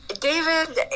David